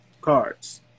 cards